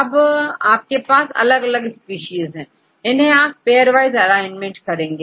अब आपके पास अलग अलग स्पीशीज है इन्हें आप पेयरवाइज अरेंजमेंट कर सकते हैं